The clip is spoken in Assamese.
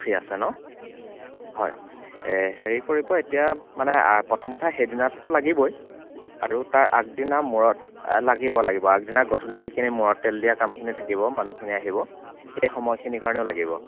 ফ্ৰী আছে ন হয় হেৰি কৰিব এতিয়া মানে প্ৰথম কথা সেইদিনাতোতো লাগিবই আৰু তাৰ আগদিনা মূৰত লাগিব লাগিব আগদিনা গধূলি যিখিনি মূৰত তেল দিয়া কামখিনি থাকিব মানুহখিনি আহিব সেই সময়খিনিৰ কাৰণেও লাগিব